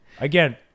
again